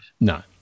No